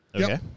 Okay